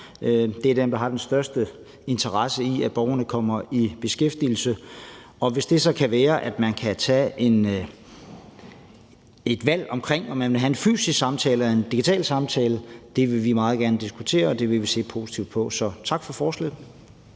Det er dem, der har den største interesse i, at borgerne kommer i beskæftigelse. Og hvis det så kan være, at man kan træffe et valg, med hensyn til om man vil have en fysisk samtale eller en digital samtale, er det noget, vi meget gerne vil diskutere. Og det vil vi se positivt på. Så tak for forslaget.